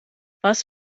was